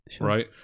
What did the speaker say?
right